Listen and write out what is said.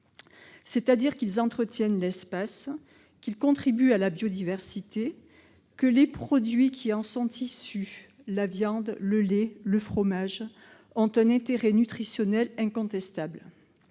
gelées. Ils entretiennent l'espace, contribuent à la biodiversité et les produits qui en sont issus, la viande, le lait et le fromage, ont un intérêt nutritionnel incontestable.